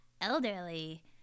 elderly